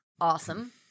awesome